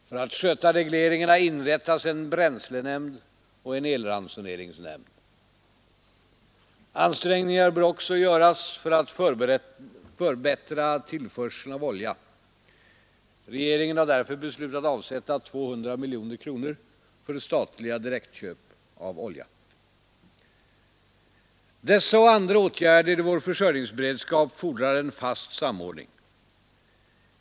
För att sköta regleringarna inrättas en bränslenämnd och en elransoneringsnämnd. Ansträngningar bör också göras för att förbättra tillförseln av olja. Regeringen har därför beslutat avsätta 200 miljoner kronor för statliga direktinköp av olja. Dessa och andra åtgärder i vår försörjningsberedskap fordrar en fast samordning.